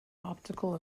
optical